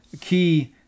key